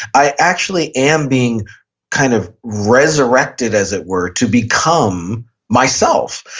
i actually am being kind of resurrected as it were to become myself.